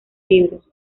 libros